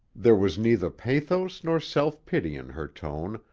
there was neither pathos nor self-pity in her tone,